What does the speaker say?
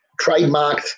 trademarked